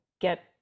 get